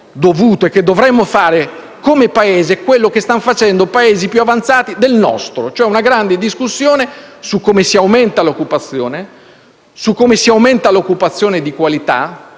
dovuto e che dovremmo fare, come Paese, quello che stanno facendo Paesi più avanzati del nostro. Vi è una grande discussione su come si aumenta l'occupazione, su come si aumenta l'occupazione di qualità